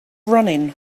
running